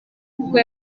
kuko